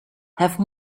have